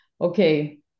okay